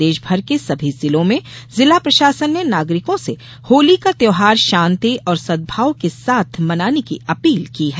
प्रदेश भर के सभी जिलों में जिला प्रशासन ने नागरिकों से होली का त्यौहार शान्ति और सदभाव के साथ मनाने की अपील की है